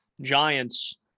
Giants